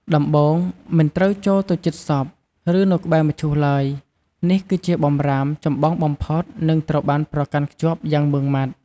ដំបូង មិនត្រូវចូលទៅជិតសព ឬនៅក្បែរមឈូសឡើយ នេះគឺជាបម្រាមចម្បងបំផុត និងត្រូវបានប្រកាន់ខ្ជាប់យ៉ាងម៉ឺងម៉ាត់។